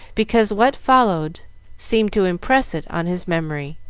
because what followed seemed to impress it on his memory.